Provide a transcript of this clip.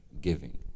giving